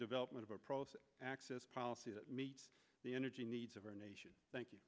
development of a process access policy that meets the energy needs of our nation thank you